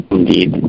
Indeed